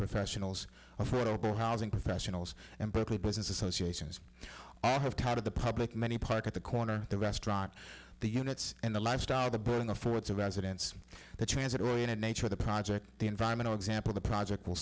professionals affordable housing professionals and business associations i have tired of the public many parked at the corner the restaurant the units and the lifestyle the building affords of accidents the transit oriented nature of the project the environmental example the project will